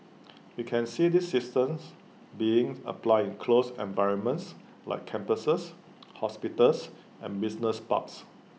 we can see these systems being applied in closed environments like campuses hospitals and business parks